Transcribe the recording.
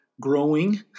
growing